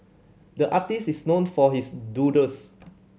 the artist is known for his doodles